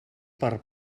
per